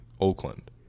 Oakland